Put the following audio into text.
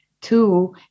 Two